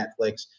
Netflix